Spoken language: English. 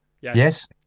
Yes